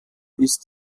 ist